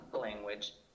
language